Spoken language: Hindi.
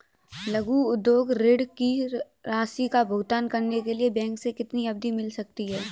लघु उद्योग ऋण की राशि का भुगतान करने के लिए बैंक से कितनी अवधि मिल सकती है?